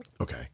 Okay